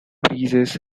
breezes